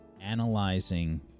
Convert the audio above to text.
analyzing